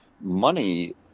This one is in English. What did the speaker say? money